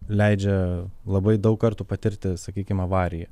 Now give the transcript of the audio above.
leidžia labai daug kartų patirti sakykim avariją